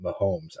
Mahomes